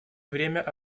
время